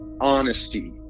honesty